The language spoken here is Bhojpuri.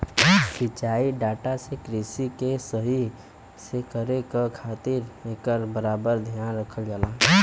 सिंचाई डाटा से कृषि के सही से करे क खातिर एकर बराबर धियान रखल जाला